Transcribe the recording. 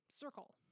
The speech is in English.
circle